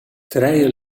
trije